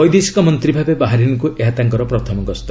ବୈଦେଶିକ ମନ୍ତ୍ରୀ ଭାବେ ବାହାରିନ୍ଙ୍କୁ ଏହା ତାଙ୍କର ପ୍ରଥମ ଗସ୍ତ